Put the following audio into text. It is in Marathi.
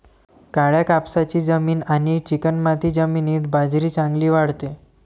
काळ्या कापसाची जमीन आणि चिकणमाती जमिनीत बाजरी चांगली वाढते